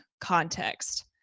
context